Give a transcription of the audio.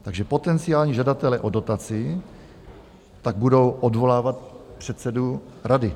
Takže potenciální žadatelé o dotaci tak budou odvolávat předsedu rady.